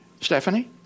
Stephanie